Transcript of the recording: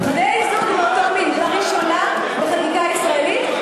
"בני-זוג מאותו מין" לראשונה בחקיקה הישראלית,